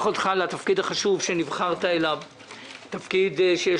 התפקיד החשוב שנבחרת אליו - תפקיד שיש